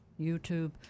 YouTube